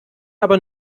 aber